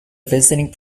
visiting